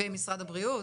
וגם משרד הבריאות.